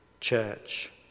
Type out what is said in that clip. church